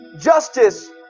justice